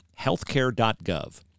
healthcare.gov